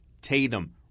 Tatum